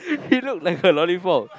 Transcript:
he look like a lollipop